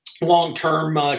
long-term